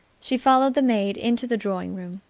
she followed the maid into the drawing-room.